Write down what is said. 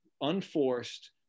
unforced